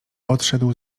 odszedł